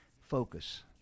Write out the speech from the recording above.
focus